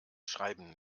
schreiben